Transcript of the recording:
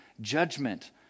Judgment